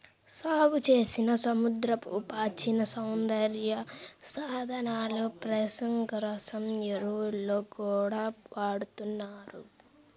సాగుచేసిన సముద్రపు పాచిని సౌందర్య సాధనాలు, పశుగ్రాసం, ఎరువుల్లో గూడా వాడతన్నారు